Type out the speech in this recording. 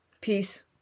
Peace